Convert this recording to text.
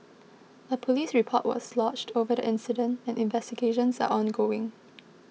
a police report was lodged over the incident and investigations are ongoing